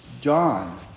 John